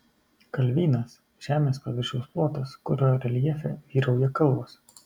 kalvynas žemės paviršiaus plotas kurio reljefe vyrauja kalvos